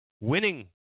Winning